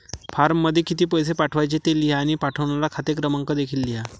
फॉर्ममध्ये किती पैसे पाठवायचे ते लिहा आणि पाठवणारा खाते क्रमांक देखील लिहा